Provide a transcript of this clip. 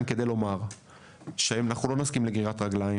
כדי לומר שאנחנו לא נסכים לגרירת הרגליים.